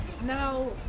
now